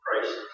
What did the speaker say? Christ